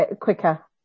quicker